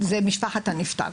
משפחת הנפטר,